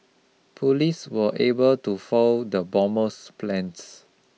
police were able to foil the bomber's plans